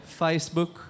Facebook